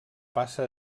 passa